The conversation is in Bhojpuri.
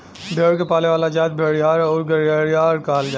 भेड़ के पाले वाला जाति भेड़ीहार आउर गड़ेरिया कहल जाला